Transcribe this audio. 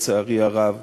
לצערי הרב,